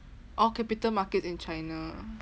oh capital markets in china